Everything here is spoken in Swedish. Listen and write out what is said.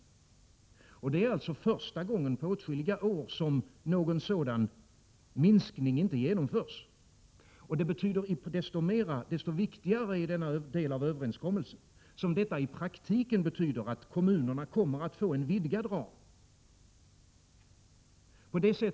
Det är första gången på åtskilliga år som någon sådan minskning inte genomförs. Desto viktigare är denna del av överenskommelsen som detta i praktiken betyder att kommunerna kommer att få en vidgad ram.